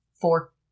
Four